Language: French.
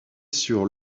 sur